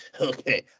okay